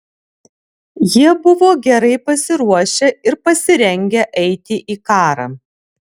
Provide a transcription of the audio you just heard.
jie buvo gerai pasiruošę ir pasirengę eiti į karą